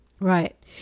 Right